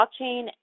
blockchain